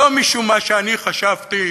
לא משום מה שאני חשבתי,